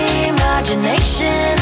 imagination